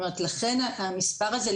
לכן המספר הזה,